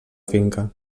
finca